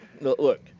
look